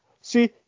See